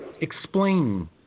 Explain